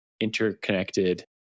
interconnected